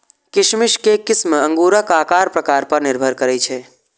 किशमिश के किस्म अंगूरक आकार प्रकार पर निर्भर करै छै